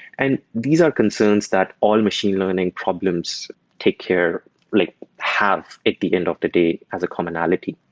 and these are concerns that all machine learning problems take care like have at the end of the day as a commonality.